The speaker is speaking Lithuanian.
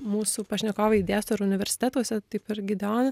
mūsų pašnekovai dėsto ir universitetuose taip ir gideon